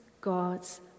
God's